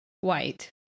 white